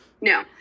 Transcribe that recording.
No